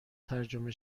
ترجمه